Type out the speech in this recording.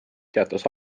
teatas